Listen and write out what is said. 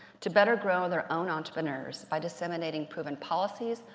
to better grow their own entrepreneurs by disseminating proven policies,